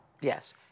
Yes